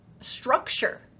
structure